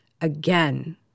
Again